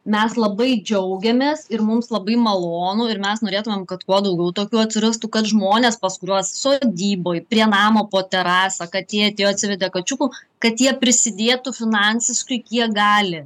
mes labai džiaugiamės ir mums labai malonu ir mes norėtumėm kad kuo daugiau tokių atsirastų kad žmonės pas kuriuos sodyboj prie namo po terasa katė atsivedė kačiukų kad jie prisidėtų finansiškai kiek gali